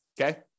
okay